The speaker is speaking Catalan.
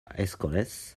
escoles